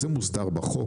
התהליך מוסדר בחוק,